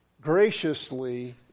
graciously